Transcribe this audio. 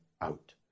out